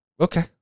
Okay